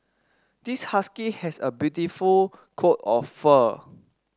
this husky has a beautiful coat of fur